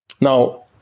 Now